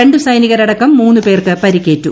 ര സൈനികരടക്കം മൂന്ന് പേർക്ക് പരിക്കേറ്റു